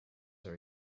are